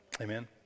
Amen